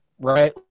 Right